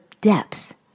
depth